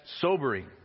sobering